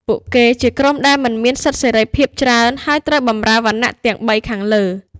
ពួកគេជាក្រុមដែលមិនមានសិទ្ធិសេរីភាពច្រើន ហើយត្រូវបម្រើវណ្ណៈទាំងបីខាងលើ។